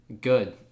good